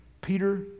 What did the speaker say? Peter